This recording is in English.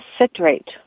citrate